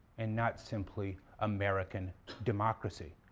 and not simply american democracy.